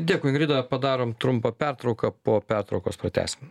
dėkui ingrida padarom trumpą pertrauką po pertraukos pratęsim